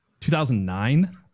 2009